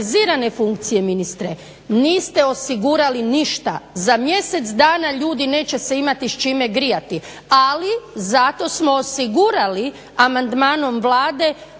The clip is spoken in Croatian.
funkcije ministre niste osigurali ništa. Za mjesec dana ljudi neće se imati s čime grijati, ali zato smo osigurali amandmanom Vlade